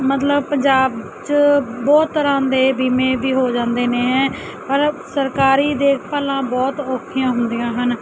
ਮਤਲਬ ਪੰਜਾਬ 'ਚ ਬਹੁਤ ਤਰ੍ਹਾਂ ਦੇ ਬੀਮੇ ਵੀ ਹੋ ਜਾਂਦੇ ਨੇ ਪਰ ਸਰਕਾਰੀ ਦੇਖਭਾਲਾਂ ਬਹੁਤ ਔਖੀਆਂ ਹੁੰਦੀਆਂ ਹਨ